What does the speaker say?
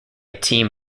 team